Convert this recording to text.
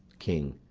king.